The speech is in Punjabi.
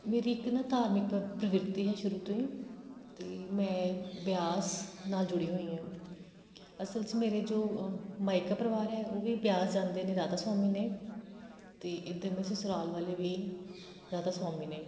ਮੇਰੀ ਇੱਕ ਨਾ ਧਾਰਮਿਕ ਪ ਪ੍ਰਵਿਰਤੀ ਹੈ ਸ਼ੁਰੂ ਤੋਂ ਹੀ ਤਾਂ ਮੈਂ ਬਿਆਸ ਨਾਲ ਜੁੜੀ ਹੋਈ ਹਾਂ ਅਸਲ 'ਚ ਮੇਰੇ ਜੋ ਮਾਈਕਾ ਪਰਿਵਾਰ ਹੈ ਉਹ ਵੀ ਬਿਆਸ ਜਾਂਦੇ ਨੇ ਰਾਧਾ ਸੁਆਮੀ ਨੇ ਅਤੇ ਇੱਧਰ ਮੈਂ ਸਸੁਰਾਲ ਵਾਲੇ ਵੀ ਰਾਧਾ ਸੁਆਮੀ ਨੇ